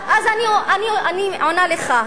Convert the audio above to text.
אז אני עונה לך.